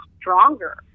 stronger